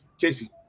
Casey